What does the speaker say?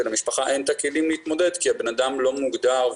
ולמשפחה אין את הכלים להתמודד כי הבן-אדם לא מוגדר.